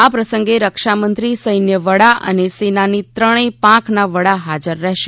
આ પ્રસંગે રક્ષામંત્રી સૈન્ય વડા અને સેનાની ત્રણેય પાંખના વડા હાજર રહેશે